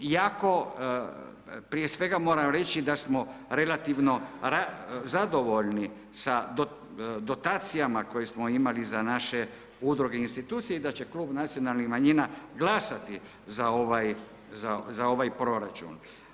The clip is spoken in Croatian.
Iako prije svega moram reći da smo relativno zadovoljni sa dotacijama koje smo imali za naše udruge i institucije i da će klub Nacionalnih manjina glasati za ovaj proračun.